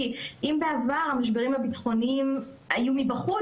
כי אם בעבר המשברים הביטחוניים היו מבחוץ,